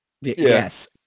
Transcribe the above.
yes